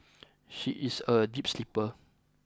she is a deep sleeper